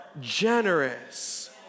generous